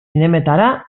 zinemetara